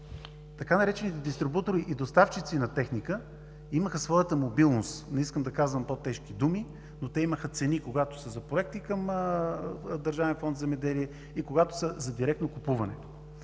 така наречените „дистрибутори и доставчици на техника“ имаха своята мобилност. Не искам да казвам по-тежки думи, но те имаха цени, когато са за проекти към Държавен фонд „Земеделие“ и когато са за директно купуване.